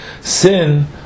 sin